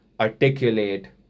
articulate